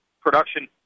production